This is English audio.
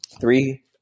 three